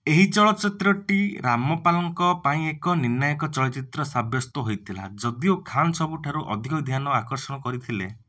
ଏହି ଚଳଚ୍ଚିତ୍ରଟି ରାମପାଲ୍ଙ୍କ ପାଇଁ ଏକ ନିର୍ଣ୍ଣାୟକ ଚଳଚ୍ଚିତ୍ର ସାବ୍ୟସ୍ତ ହୋଇଥିଲା ଯଦିଓ ଖାନ୍ ସବୁଠାରୁ ଅଧିକ ଧ୍ୟାନ ଆକର୍ଷଣ କରିଥିଲେ